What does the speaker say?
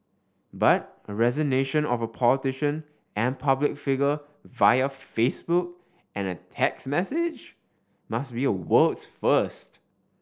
but a resignation of a politician and public figure via Facebook and a text message must be a world's first